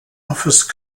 office